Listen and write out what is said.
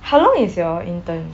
how long is your intern